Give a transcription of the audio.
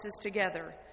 together